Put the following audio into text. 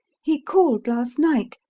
he called last night.